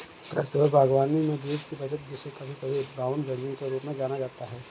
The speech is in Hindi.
कृषि और बागवानी में बीज की बचत जिसे कभी कभी ब्राउन बैगिंग के रूप में जाना जाता है